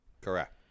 Correct